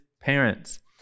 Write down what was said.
parents